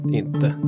inte